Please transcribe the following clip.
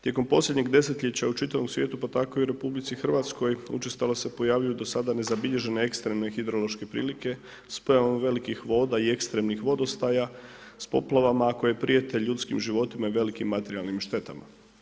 Tijekom posljednjeg desetljeća u čitavom svijetu pa tako i u RH, učestalo se pojavljuju do sada nezabilježene ekstremne hidrološke prilike s pojavom velikih voda i ekstremnih vodostaja, s poplavama koje prijete ljudskim životima i velikim materijalnim štetama.